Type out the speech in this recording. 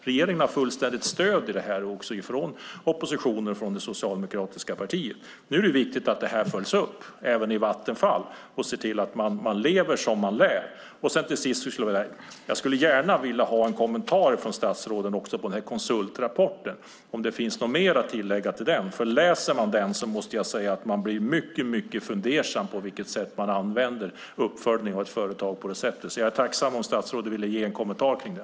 Regeringen har fullständigt stöd i detta från oppositionen och från det socialdemokratiska partiet. Nu är det viktigt att detta följs upp även i Vattenfall. Man måste se till att man lever som man lär. Till sist skulle jag gärna vilja ha en kommentar till konsultrapporten från statsrådet. Finns det något mer att tillägga? Om man läser den måste jag säga att man blir mycket fundersam över det sätt uppföljningen av ett företag används. Jag är tacksam om statsrådet vill ge en kommentar till det.